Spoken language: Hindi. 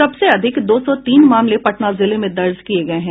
सबसे अधिक दो सौ तीन मामले पटना जिले में दर्ज किये गये हैं